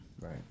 Right